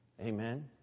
Amen